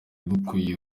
dukwiye